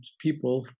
people